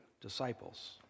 disciples